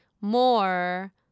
more